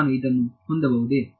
ನಾನು ಇದನ್ನು ಹೊಂದಬಹುದೇ